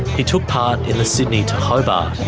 he took part in the sydney to hobart.